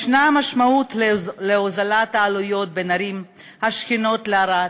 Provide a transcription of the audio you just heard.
יש משמעות להוזלת העלויות בין הערים השכנות לערד,